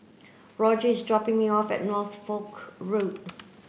Rodger is dropping me off at Norfolk Road